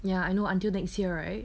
ya I know until next year right